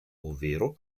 ovvero